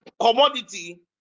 commodity